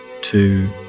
two